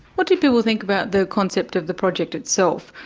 what do people think about the concept of the project itself?